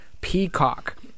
Peacock